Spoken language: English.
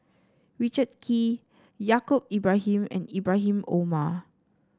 Richard Kee Yaacob Ibrahim and Ibrahim Omar